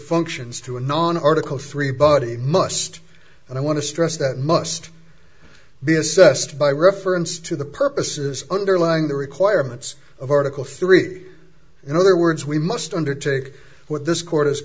functions to a non article three body must and i want to stress that must be assessed by reference to the purposes underlying the requirements of article three in other words we must undertake what this court